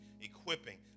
equipping